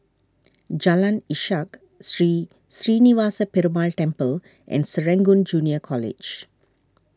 Jalan Ishak Sri Srinivasa Perumal Temple and Serangoon Junior College